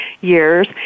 years